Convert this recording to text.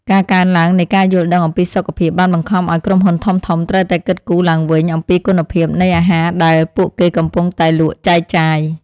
ការកើនឡើងនៃការយល់ដឹងអំពីសុខភាពបានបង្ខំឲ្យក្រុមហ៊ុនធំៗត្រូវតែគិតគូរឡើងវិញអំពីគុណភាពនៃអាហារដែល ពួកគេកំពុងតែលក់ចែកចាយ។